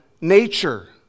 nature